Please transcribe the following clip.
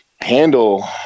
handle